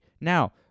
now